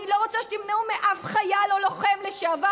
ואני לא רוצה שתמנעו מאף חייל או לוחם לשעבר